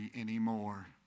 anymore